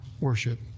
worship